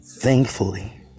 Thankfully